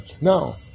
now